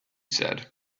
said